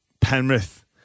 Penrith